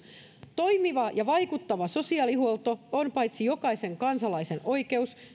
toimiva ja vaikuttava sosiaalihuolto on paitsi jokaisen kansalaisen oikeus